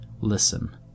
listen